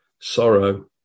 Sorrow